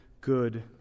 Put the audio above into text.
good